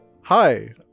hi